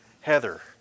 Heather